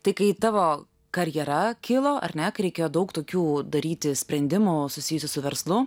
tai kai tavo karjera kilo ar ne kai reikėjo daug tokių daryti sprendimų susijusių su verslu